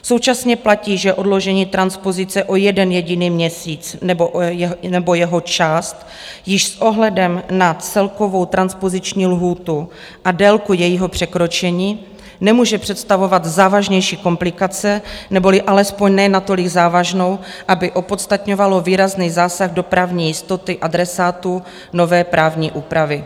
Současně platí, že odložení transpozice o jeden jediný měsíc nebo jeho část již s ohledem na celkovou transpoziční lhůtu a délku jejího překročení nemůže představovat závažnější komplikace, neboli alespoň ne natolik závažnou, aby opodstatňovalo výrazný zásah do právní jistoty adresátů nové právní úpravy.